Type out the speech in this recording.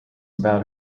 about